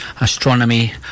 Astronomy